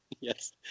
yes